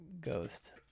ghost